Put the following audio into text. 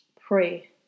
Pray